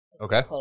Okay